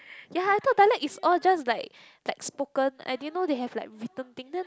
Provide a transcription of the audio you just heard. ya I thought dialect is all just like like spoken I didn't know they have like written thing then